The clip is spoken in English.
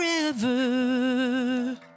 forever